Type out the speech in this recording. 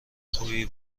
خوبی